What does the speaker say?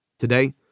Today